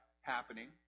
happening